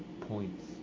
points